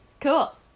Cool